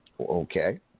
Okay